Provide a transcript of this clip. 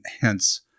hence